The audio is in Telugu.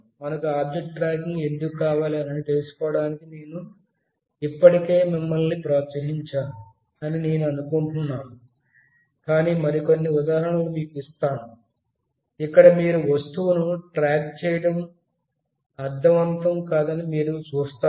మనకు ఆబ్జెక్ట్ ట్రాకింగ్ ఎందుకు కావాలి అని తెలుసుకోవటానికి నేను ఇప్పటికే మిమ్మల్ని ప్రోత్సహించాను అని నేను అనుకుంటున్నాను కాని మరికొన్ని ఉదాహరణలు మీకు ఇస్తాను ఇక్కడ మీరు వస్తువును ట్రాక్ చేయడం అర్ధవంతం కాదని మీరు చూస్తారు